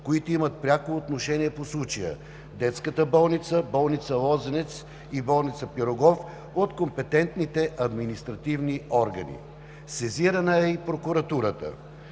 които имат пряко отношение по случая – Детската болница, Болница „Лозенец“ и Болница „Пирогов“ от компетентните административни органи. Сезирана е и прокуратурата.